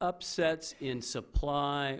upsets in supply